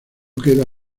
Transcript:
queda